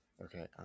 Okay